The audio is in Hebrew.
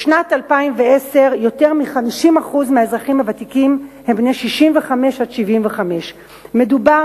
בשנת 2010 יותר מ-50% מהאזרחים הוותיקים הם בני 65 75. מדובר